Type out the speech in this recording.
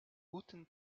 guten